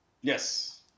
Yes